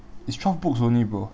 it's twelve books only bro